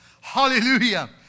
Hallelujah